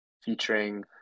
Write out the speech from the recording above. featuring